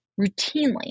routinely